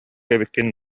эбиккин